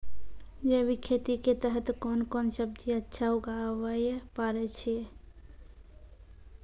जैविक खेती के तहत कोंन कोंन सब्जी अच्छा उगावय पारे छिय?